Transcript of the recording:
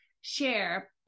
share